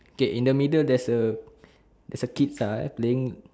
K in the middle there's a there's a kid ah playing